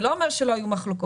זה לא אומר שלא היו מחלוקות.